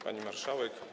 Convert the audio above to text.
Pani Marszałek!